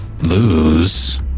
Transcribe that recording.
Lose